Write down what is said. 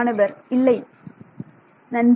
மாணவர் இல்லை நன்று